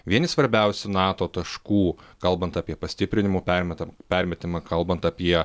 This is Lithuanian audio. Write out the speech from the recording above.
vieni svarbiausių nato taškų kalbant apie pastiprinimų permetam permetimą kalbant apie